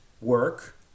work